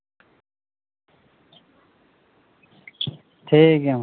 ᱴᱷᱤᱠᱜᱮᱭᱟ ᱢᱟ